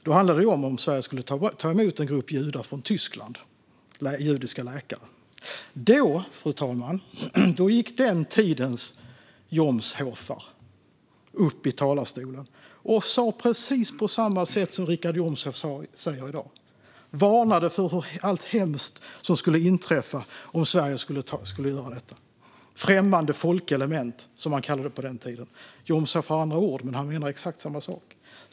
Då handlade det om ifall Sverige skulle ta emot en grupp judiska läkare från Tyskland. Då, fru talman, gick den tidens Jomshofar upp i talarstolen och sa precis det som Jomshof säger i dag. De varnade för allt hemskt som skulle inträffa om Sverige skulle göra detta. Främmande folkelement kallade man det på den tiden. Jomshof använder andra ord, men han menar exakt samma sak.